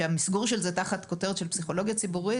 שהמסגור של זה תחת הכותרת של פסיכולוגיה ציבורית